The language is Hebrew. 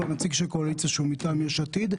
והנציג של הקואליציה שהוא מטעם יש עתיד,